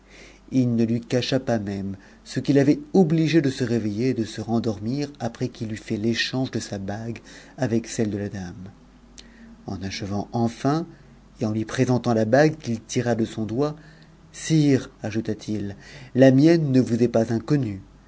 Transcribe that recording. i ne ui cacha pas même ce qui l'avait omigé de se réveitter et de se rendormi après qu'il eut fait t'échange de sa bague avec celle de la dame en achevant enfin et en lui présentant la bague qu'il tira de son doigt sire ajouta-t-il la mienne ne vous est pas inconnue